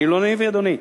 אני לא נאיבי, אדוני.